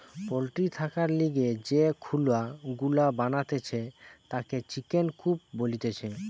poultry থাকার লিগে যে খুলা গুলা বানাতিছে তাকে চিকেন কূপ বলতিছে